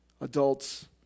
adults